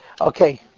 Okay